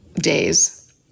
days